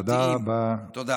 תודה.